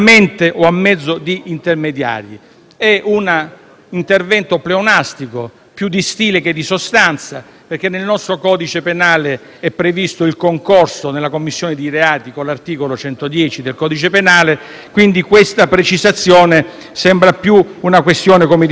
è un intervento pleonastico, più di stile che di sostanza, perché nel nostro codice penale è previsto il concorso nella commissione di reati dall'articolo 110 del codice penale, quindi questa precisazione sembra più una questione, come dicevo prima, di forma che di sostanza.